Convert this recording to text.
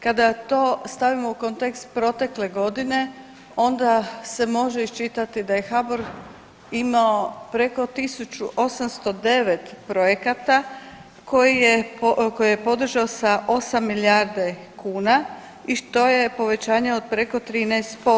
Kada to stavimo u kontekst protekle godine, onda se može iščitati da je HBOR imao preko 1809 projekata koje je podržao sa 8 milijarde kuna i to je povećanje od preko 13%